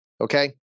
Okay